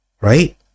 Right